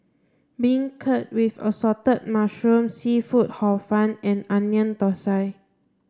beancurd with assorted mushrooms seafood hor fun and Onion Thosai